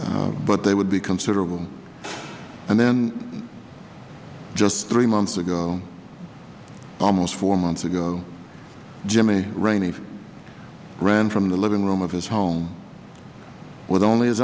but they would be considerable and then just three months ago almost four months ago jimmy rainey ran from the living room of his home with only